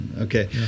Okay